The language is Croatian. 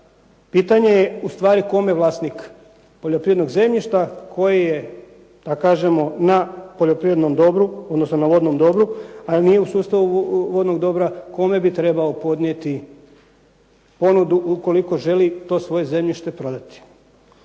pitanje je ustvari kome vlasnik poljoprivrednog zemljišta koji je da kažemo na poljoprivrednom dobru, odnosno na vodnom dobru, a nije u sustavu vodnog dobra, kome bi trebao podnijeti ponudu ukoliko želi to svoje zemljište prodati?